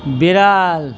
বেড়াল